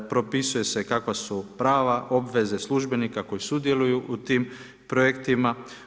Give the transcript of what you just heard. Propisuje se kakva su prava obveze službenika koji sudjeluju u tim projektima.